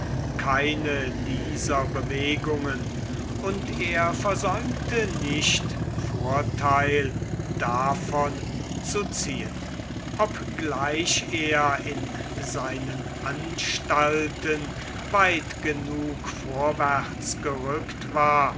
keine dieser bewegungen und er versäumte nicht vortheil davon zu ziehen obgleich er in seinen anstalten weit genug vorwärts gerückt war